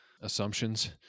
assumptions